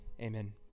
amen